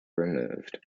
removed